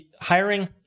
hiring